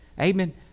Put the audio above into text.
amen